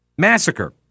Massacre